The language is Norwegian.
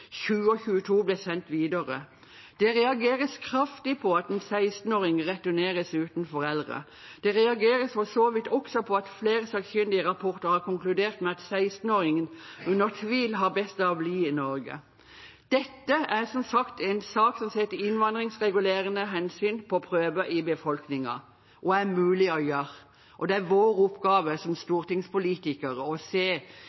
22 ble sendt videre. Det reageres kraftig på at en 16-åring returneres uten foreldre. Det reageres for så vidt også på at flere sakkyndige rapporter har konkludert med at 16-åringen under tvil har best av å bli i Norge. Dette er som sagt en sak som setter innvandringsregulerende hensyn på prøve i befolkningen. Hva er mulig å gjøre? Det er vår oppgave som stortingspolitikere i slike saker å se